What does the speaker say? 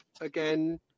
again